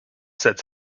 sets